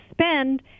spend